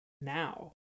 now